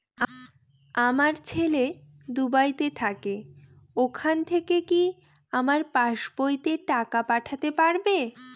আমার ছেলে দুবাইতে থাকে ওখান থেকে কি আমার পাসবইতে টাকা পাঠাতে পারবে?